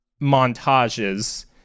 montages